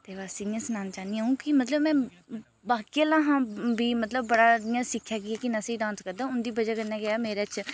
ते बस इ'यां सनाना चाह्न्नी अ'ऊं कि मतलब में बाकी आह्ले शा बी मतलब इयां सिक्खेआ कि किन्ना स्हेई डांस करदा अ'ऊं उं'दी बजहा कन्नै गै मेरे च